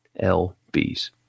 LB's